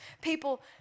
people